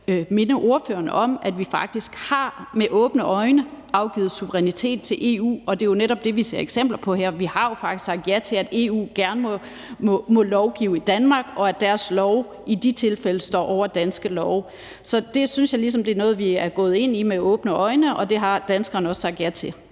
minde ordføreren om, at vi faktisk med åbne øjne har afgivet suverænitet til EU, og det er jo netop det, vi ser eksempler på her. Vi har jo faktisk sagt ja til, at EU gerne må lovgive i Danmark, og at deres lov i de tilfælde står over danske love. Så det synes jeg ligesom er noget vi gået ind i med åbne øjne, og det har danskerne også sagt ja til.